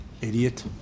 Idiot